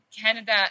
Canada